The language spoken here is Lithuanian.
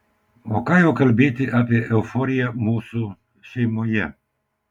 o ką jau kalbėti apie euforiją mūsų šeimoje